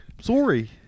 Sorry